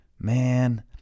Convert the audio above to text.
Man